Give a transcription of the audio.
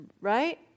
Right